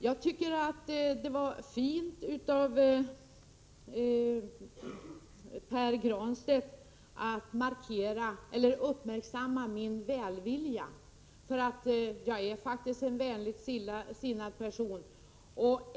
Jag tycker att det var fint av Pär Granstedt att uppmärksamma min välvillighet, eftersom jag faktiskt är en vänligt sinnad person.